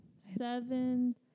Seven